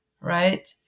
right